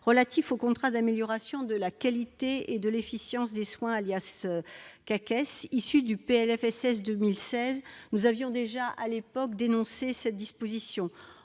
relatif au contrat d'amélioration de la qualité et de l'efficience des soins, alias CAQES, issu du PLFSS pour 2016. Nous avions déjà, à l'époque, dénoncé cette disposition.